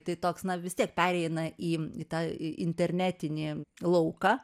tai toks na vis tiek pereina į tą internetinį lauką